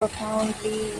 profoundly